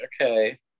okay